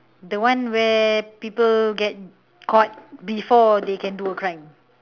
the one where people get caught before they can do a crime